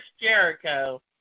Jericho